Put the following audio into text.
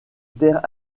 terre